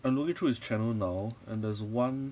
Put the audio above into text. I'm looking through his channel now and there's one